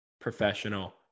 professional